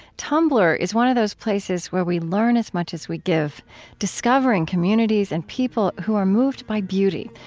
tumblr is one of those places where we learn as much as we give discovering communities and people who are moved by beauty,